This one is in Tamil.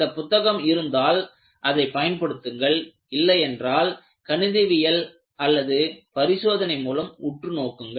அந்தப் புத்தகம் இருந்தால் அதை பயன்படுத்துங்கள் இல்லை என்றால் கணிதவியல் அல்லது பரிசோதனை மூலம் உற்று நோக்குங்கள்